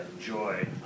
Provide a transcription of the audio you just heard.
joy